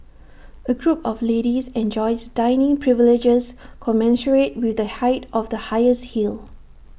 A group of ladies enjoys dining privileges commensurate with the height of the highest heel